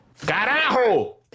Carajo